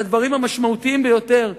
על הדברים המשמעותיים ביותר,